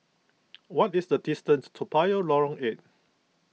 what is the distance to Toa Payoh Lorong eight